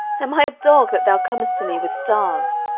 am i a dog, that thou comest to me with staves?